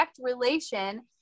relation